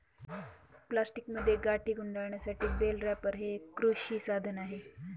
प्लास्टिकमध्ये गाठी गुंडाळण्यासाठी बेल रॅपर हे एक कृषी साधन आहे